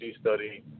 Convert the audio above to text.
study